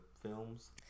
films